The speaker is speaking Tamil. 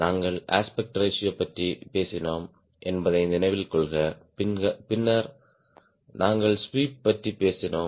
நாங்கள் அஸ்பெக்ட் ரேஷியோ பற்றி பேசினோம் என்பதை நினைவில் கொள்க பின்னர் நாங்கள் ஸ்வீப் பற்றி பேசினோம்